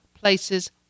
places